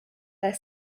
their